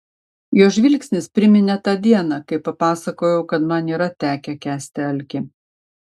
jo žvilgsnis priminė tą dieną kai papasakojau kad man yra tekę kęsti alkį